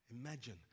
Imagine